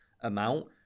amount